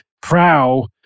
prow